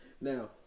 now